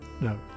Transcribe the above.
No